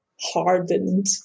hardened